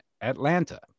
Atlanta